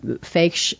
fake